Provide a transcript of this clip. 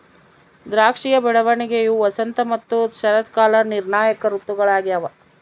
ದ್ರಾಕ್ಷಿಯ ಬೆಳವಣಿಗೆಯು ವಸಂತ ಮತ್ತು ಶರತ್ಕಾಲ ನಿರ್ಣಾಯಕ ಋತುಗಳಾಗ್ಯವ